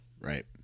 Right